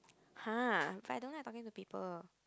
!huh! but I don't like talking to people